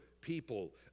people